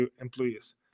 employees